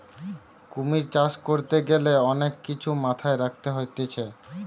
কুমির চাষ করতে গ্যালে অনেক কিছু মাথায় রাখতে হতিছে